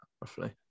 roughly